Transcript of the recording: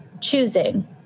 choosing